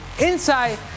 inside